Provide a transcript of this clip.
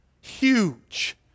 Huge